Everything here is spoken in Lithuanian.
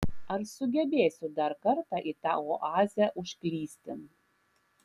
ar sugebėsiu dar kartą į tą oazę užklysti